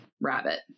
rabbit